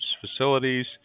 facilities